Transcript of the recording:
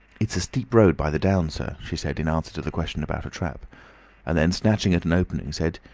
it's a steep road by the down, sir, she said in answer to the question about trap and then, snatching at an opening, said,